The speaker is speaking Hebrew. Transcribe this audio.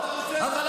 אתה רוצה,